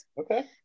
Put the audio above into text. okay